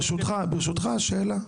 ברשותך, שאלה.